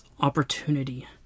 opportunity